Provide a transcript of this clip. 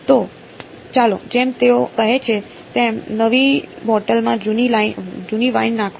તો ચાલો જેમ તેઓ કહે છે તેમ નવી બોટલમાં જૂની વાઈન નાખો